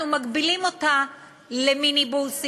אנחנו מגבילים אותה למיניבוסים,